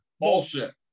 Bullshit